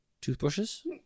Toothbrushes